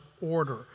order